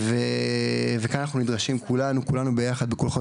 וכאן אנחנו נדרשים כולנו ביחד בכוחות